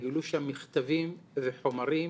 וגילו שם מכתבים וחומרים